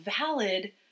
valid